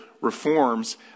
reforms